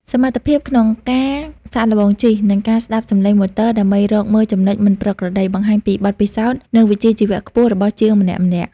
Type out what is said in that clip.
សមត្ថភាពក្នុងការសាកល្បងជិះ និងការស្តាប់សំឡេងម៉ូទ័រដើម្បីរកមើលចំណុចមិនប្រក្រតី បង្ហាញពីបទពិសោធន៍ និងវិជ្ជាជីវៈខ្ពស់របស់ជាងម្នាក់ៗ។